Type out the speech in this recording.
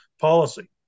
policy